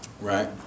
Right